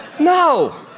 No